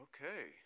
okay